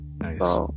nice